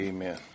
Amen